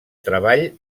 treball